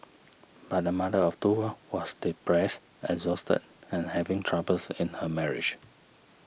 but the mother of two was depressed exhausted and having troubles in her marriage